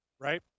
right